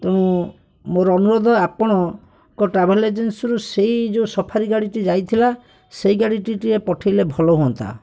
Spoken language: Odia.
ତେଣୁ ମୋର ଅନୁରୋଧ ଆପଣଙ୍କ ଟ୍ରାଭେଲ୍ ଏଜେନ୍ସିରୁ ସେହି ଯେଉଁ ସଫାରି ଗାଡ଼ିଟି ଯାଇଥିଲା ସେହି ଗାଡ଼ିଟି ଟିକିଏ ପଠେଇଲେ ଭଲ ହୁଅନ୍ତା